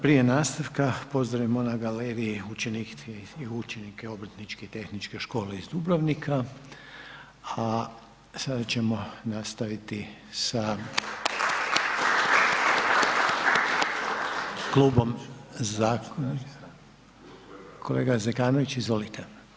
Prije nastavka, pozdravimo na galeriji učenice i učenike Obrtničke tehničke škole iz Dubrovnika, a sada ćemo nastaviti sa klubom… ... [[Upadica se ne čuje.]] Kolega Zekanović, izvolite.